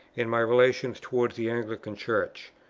and my relations towards the anglican church.